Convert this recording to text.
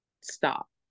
stop